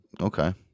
Okay